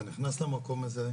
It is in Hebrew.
אתה נכנס למקום הזה,